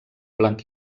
blanc